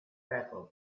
record